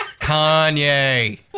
Kanye